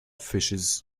fishes